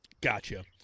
Gotcha